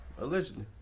allegedly